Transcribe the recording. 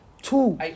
two